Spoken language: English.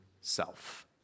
self